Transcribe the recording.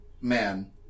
Man